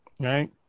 right